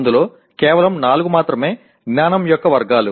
అందులో కేవలం నాలుగు మాత్రమే జ్ఞానం యొక్క వర్గాలు